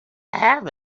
have